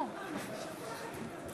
מצביע אברהים צרצור,